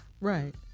right